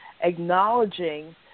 Acknowledging